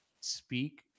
speak